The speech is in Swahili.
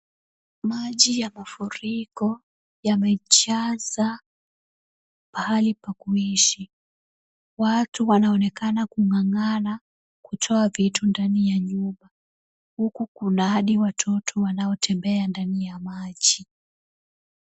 Maji ya mafuriko yamejaza pahali pa kuishi. Watu wanaoneka kung'ang'ana kutoa vitu ndani ya nyumba. Huku kuna hadi watoto wanaotembea ndani ya maji.